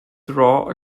draw